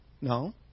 No